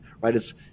right